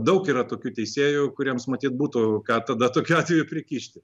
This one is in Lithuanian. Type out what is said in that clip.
daug yra tokių teisėjų kuriems matyt būtų ką tada tokiu atveju prikišti